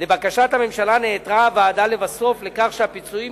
לבקשת הממשלה נעתרה הוועדה לבסוף לכך שהפיצויים